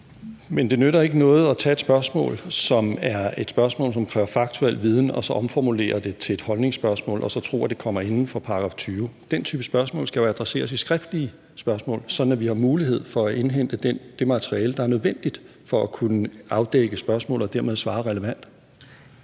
Men det nytter ikke noget at tage et spørgsmål, som er et spørgsmål, som kræver faktuel viden, og så omformulere det til et holdningsspørgsmål og så tro, at det kommer inden for § 20. Den type spørgsmål skal jo adresseres i skriftlige spørgsmål, sådan at vi har mulighed for at indhente det materiale, der er nødvendigt for at kunne afdække spørgsmålet og dermed svare relevant.